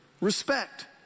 Respect